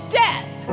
death